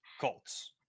Colts